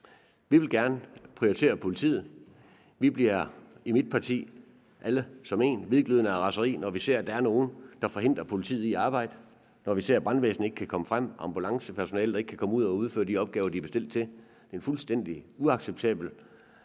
Vi vil gerne prioritere politiet. Vi bliver i mit parti – alle som en – hvidglødende af raseri, når vi ser, at der er nogen, der forhindrer politiet i at arbejde; når vi ser, at brandvæsenet ikke kan komme frem; når vi ser ambulancepersonale, der ikke kan komme ud og udføre de opgaver, de er bestilt til. Det er en fuldstændig uacceptabel holdning